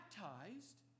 baptized